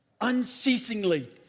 unceasingly